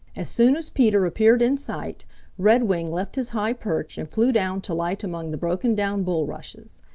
as soon as peter appeared in sight redwing left his high perch and flew down to light among the broken-down bulrushes.